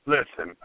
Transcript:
Listen